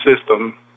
system